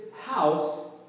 house